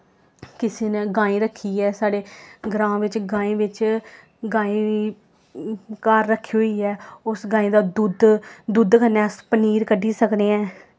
किसी ने गायें रक्खी ऐ साढ़े ग्रांऽ बिच्च गायें घर रक्खी होई ऐ उस गाये दा दुद्ध दुद्ध कन्नै अस पनीर कड्ढी सकने ऐ